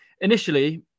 initially